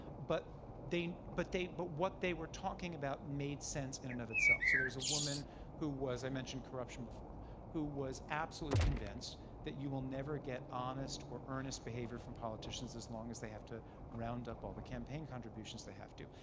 but but but what they were talking about made sense in and of itself. so there was a woman who was i mentioned corruption before who was absolutely convinced that you will never get honest or earnest behavior from politicians as long as they have to round up all the campaign contributions they have to.